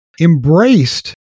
embraced